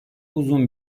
uzun